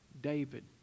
David